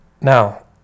Now